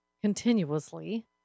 continuously